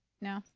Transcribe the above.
No